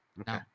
Okay